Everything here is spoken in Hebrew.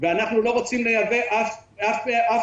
ואנחנו לא רוצים לייבא אף מוצר,